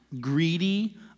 greedy